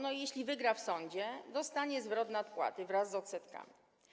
No i jeśli wygra w sądzie, dostanie zwrot nadpłaty wraz z odsetkami.